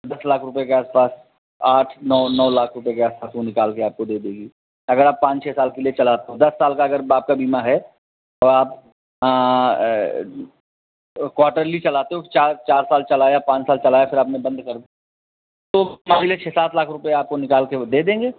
दस लाख रुपये के आसपास आठ नौ नौ लाख रुपये के आसपास वो निकाल के आपको दे देगी अगर आप पाँच छः साल के लिए चला दस साल का अगर आपका बीमा है तो आप क्वॉर्टर्ली चलाते हो चार साल चलाया पाँच साल चलाया फिर आपने बंद कर तो मान लीजिए छे सात लाख रुपया आपको निकाल के वो दे देंगे